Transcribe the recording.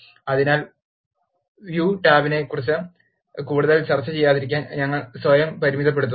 അതിനാൽ വ്യൂ ടാബിനെക്കുറിച്ച് കൂടുതൽ ചർച്ച ചെയ്യാതിരിക്കാൻ ഞങ്ങൾ സ്വയം പരിമിതപ്പെടുത്തുന്നു